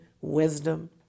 wisdom